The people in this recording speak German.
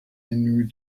menü